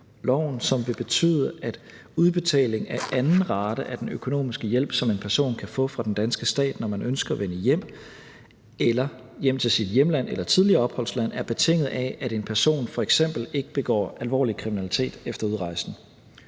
loven, som vil betyde, at udbetaling af anden rate af den økonomiske hjælp, som en person kan få fra den danske stat, når man ønsker at vende hjem til sit hjemland eller tidligere opholdsland, er betinget af, at en person f.eks. ikke begår alvorlig kriminalitet efter udrejsen.